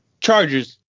Chargers